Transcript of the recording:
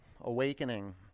Awakening